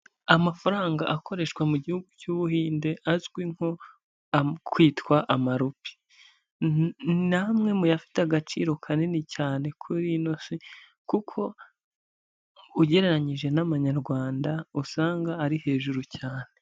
Amafaranga akoreshwa mu gihugu cy'Ubuhinde azwi nko kwitwa amarupi ni amwe muyafite agaciro kanini cyane kuri ino si, kuko ugereranyije n'amanyarwanda usanga ari hejuru cyane.